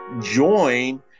join